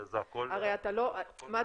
זה הכול --- הרי מה אתה אומר?